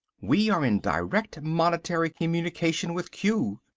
we are in direct monetary communication with q.